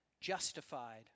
justified